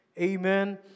Amen